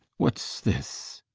what's this?